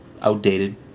outdated